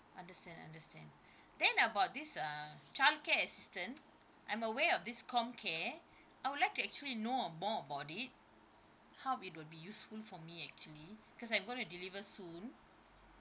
understand understand then about this uh childcare assistant I'm aware of this com care I would like to actually know more about it how it will be useful for me actually because I'm going to deliver soon